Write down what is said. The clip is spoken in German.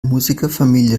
musikerfamilie